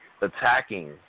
attacking